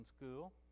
school